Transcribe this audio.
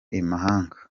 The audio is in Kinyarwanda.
imahanga